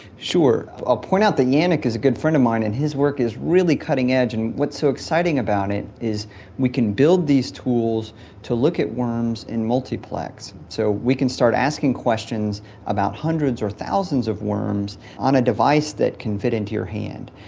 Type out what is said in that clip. i'll point out that yanik is a good friend of mine and his work is really cutting-edge, and what's so exciting about it is we can build these tools to look at worms in multiplex. so we can start asking questions about hundreds or thousands of worms on a device that can fit into your hand.